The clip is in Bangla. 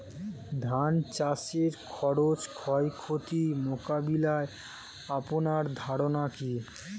ধান চাষের খরচ ও ক্ষয়ক্ষতি মোকাবিলায় আপনার ধারণা কী?